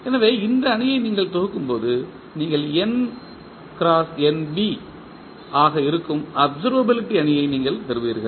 எனவே இந்த அணியை நீங்கள் தொகுக்கும்போது நீங்கள் ஆக இருக்கும் அப்சர்வபிலிட்டி அணியை நீங்கள் பெறுவீர்கள்